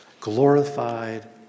glorified